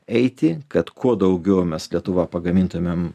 eiti kad kuo daugiau mes lietuva pagamintumėm